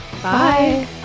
Bye